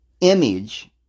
image